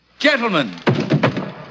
Gentlemen